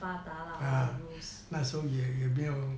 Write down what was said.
没有这样发达 ah all the rules